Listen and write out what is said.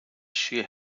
she